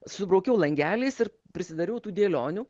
subraukiau langeliais ir prisidariau tų dėlionių